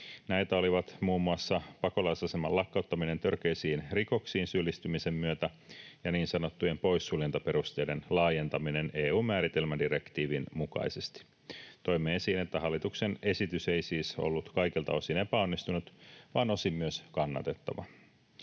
Näitä olivat muun muassa pakolaisaseman lakkauttaminen törkeisiin rikoksiin syyllistymisen myötä ja niin sanottujen poissuljentaperusteiden laajentaminen EU:n määritelmädirektiivin mukaisesti. Toimme esiin, että hallituksen esitys ei siis ollut kaikilta osin epäonnistunut, vaan osin myös kannatettava.